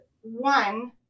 one